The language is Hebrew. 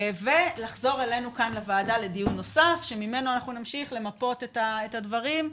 ולחזור אלינו כאן לוועדה לדיון נוסף שממנו נמשיך למפות את הדברים.